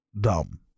dumb